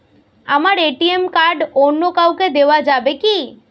আমার ATM card অন্য কাউকে দেওয়া যাবে কি?